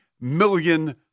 million